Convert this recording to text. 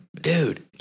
dude